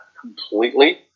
completely